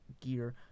gear